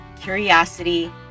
curiosity